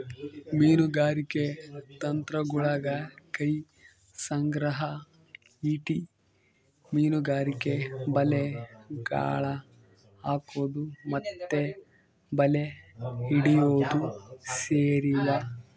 ಮೀನುಗಾರಿಕೆ ತಂತ್ರಗುಳಗ ಕೈ ಸಂಗ್ರಹ, ಈಟಿ ಮೀನುಗಾರಿಕೆ, ಬಲೆ, ಗಾಳ ಹಾಕೊದು ಮತ್ತೆ ಬಲೆ ಹಿಡಿಯೊದು ಸೇರಿವ